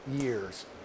years